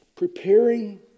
Preparing